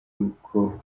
uku